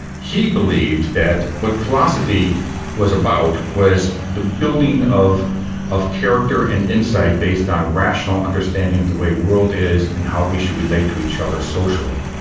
he believed that what philosophy was about was the building of of character and insight based on rational understanding of the way the world is, and how we should relate to each other socially.